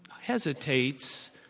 hesitates